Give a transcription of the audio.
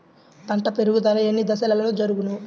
పంట పెరుగుదల ఎన్ని దశలలో జరుగును?